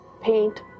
paint